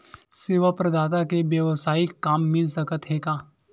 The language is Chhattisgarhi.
सेवा प्रदाता के वेवसायिक काम मिल सकत हे का?